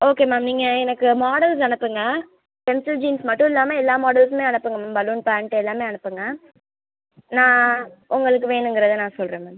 okay ma'am நீங்கள் எனக்கு models அனுப்புங்கள் பென்சில் ஜீன்ஸ் மட்டும் இல்லாமல் எல்லா மாடல்ஸுமே அனுப்புங்கள் மேம் பலூன் பேண்ட்டு எல்லாமே அனுப்புங்கள் நான் உங்களுக்கு வேணுங்கிறதை நான் சொல்கிறேன் மேம்